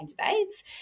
candidates